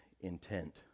intent